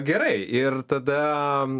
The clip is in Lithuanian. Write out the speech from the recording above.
gerai ir tada